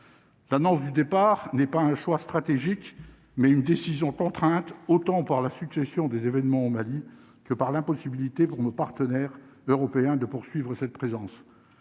l'annonce du départ n'est pas un choix stratégique, mais une décision contrainte. Autant par la succession des événements au Mali que par l'impossibilité pour nos partenaires européens de poursuivre cette présence,